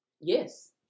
yes